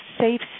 safe